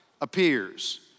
appears